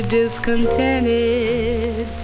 discontented